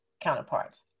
counterparts